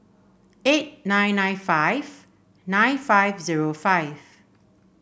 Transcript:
eight nine nine five nine five zero five